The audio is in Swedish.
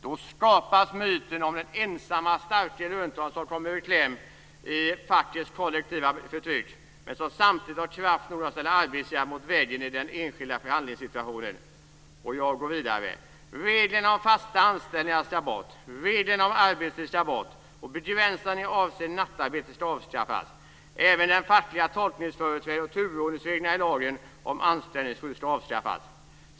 - Då skapas myten om den ensamme starke löntagaren som kommer i kläm i fackets kollektiva förtryck - men som samtidigt har kraft nog att ställa arbetsgivaren mot väggen i den enskilda förhandlingssituationen." Jag går vidare: "Regler om fasta anställningar ska bort. Regler om arbetstid ska bort och begränsningar avseende nattarbete ska avskaffas. Även det fackliga tolkningsföreträdet och turordningsreglerna i lagen om anställningsskydd ska avskaffas.